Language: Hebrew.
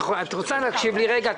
את רוצה להקשיב לי רגע?